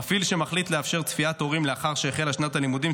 מפעיל שמחליט לאפשר צפיית הורים לאחר שהחלה שנת הלימודים,